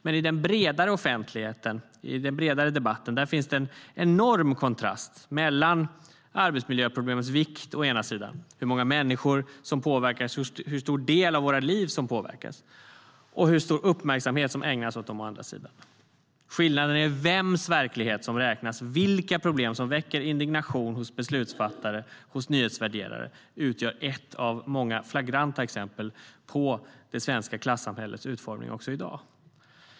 Men i den bredare debatten finns det en enorm kontrast mellan arbetsmiljöproblemens vikt å ena sidan - hur många människor och hur stor del av våra liv som påverkas - och hur stor uppmärksamhet som ägnas dem å andra sidan. Skillnaderna i vems verklighet som räknas, vilka problem som väcker indignation hos beslutsfattare och nyhetsvärderare, utgör ett av många flagranta exempel på det svenska klassamhällets utformning även i dag.